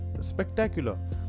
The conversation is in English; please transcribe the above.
spectacular